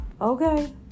Okay